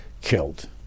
killed